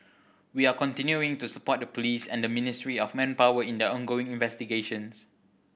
we are continuing to support the police and the Ministry of Manpower in their ongoing investigations